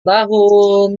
tahun